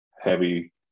heavy